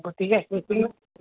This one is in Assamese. গতিকে